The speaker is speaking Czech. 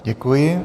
Děkuji.